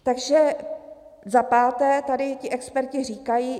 Takže za páté ti experti říkají: